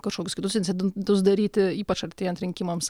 kažkokius kitus incidentus daryti ypač artėjant rinkimams